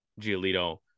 Giolito